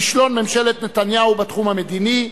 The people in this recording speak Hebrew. כישלון ממשלת נתניהו בתחום המדיני,